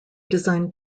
designed